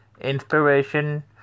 Inspiration